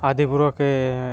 আদিবোৰকে